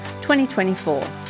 2024